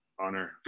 honor